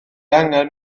angen